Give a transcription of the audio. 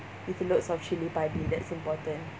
with loads of chilli padi that's important